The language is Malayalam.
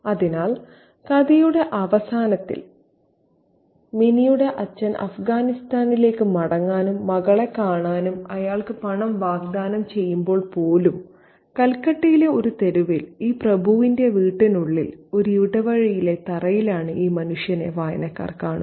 അതിനാൽ കഥയുടെ അവസാനത്തിൽ മിനിയുടെ അച്ഛൻ അഫ്ഗാനിസ്ഥാനിലേക്ക് മടങ്ങാനും മകളെ കാണാനും അയാൾക്ക് പണം വാഗ്ദാനം ചെയ്യുമ്പോൾ പോലും കൽക്കട്ടയിലെ ഒരു തെരുവിൽ ഈ പ്രഭുവിന്റെ വീട്ടിനുള്ളിൽ ഒരു ഇടവഴിയിലെ തറയിലാണ് ഈ മനുഷ്യനെ വായനക്കാർ കാണുന്നത്